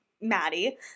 Maddie